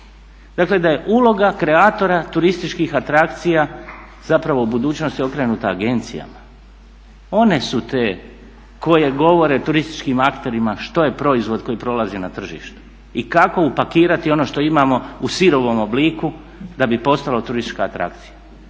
dakle da je uloga kreatora turističkih atrakcija zapravo u budućnosti okrenuta agencijama. One su te koje govore turističkim akterima što je proizvod koji prolazi na tržištu i kako upakirati ono što imamo u sirovom obliku da bi postalo turistička atrakcija.